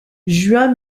juin